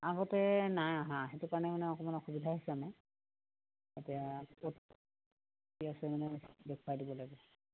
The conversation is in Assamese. আগতে নাই অহা সেইটো কাৰণে মানে অকণমান অসুবিধা হৈছে আমাৰ এতিয়া ক'ত কি আছে মানে দেখুৱাই দিব লাগে